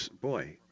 Boy